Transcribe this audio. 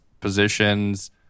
positions